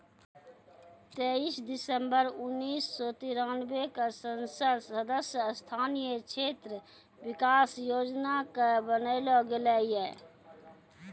तेइस दिसम्बर उन्नीस सौ तिरानवे क संसद सदस्य स्थानीय क्षेत्र विकास योजना कअ बनैलो गेलैय